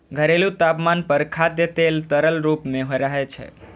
घरेलू तापमान पर खाद्य तेल तरल रूप मे रहै छै